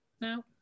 now